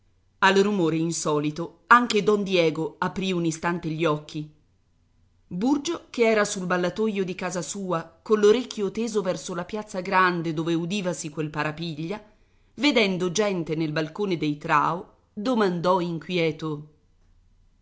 al rumore insolito anche don diego aprì un istante gli occhi burgio che era sul ballatoio di casa sua coll'orecchio teso verso la piazza grande dove udivasi quel parapiglia vedendo gente nel balcone dei trao domandò inquieto